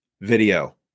Video